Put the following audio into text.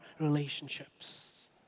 relationships